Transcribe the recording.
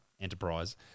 enterprise